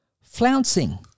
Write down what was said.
Flouncing